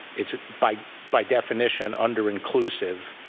it's by by definition underinclusive,